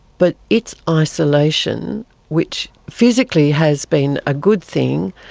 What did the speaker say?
but its isolation which physically has been a good thing,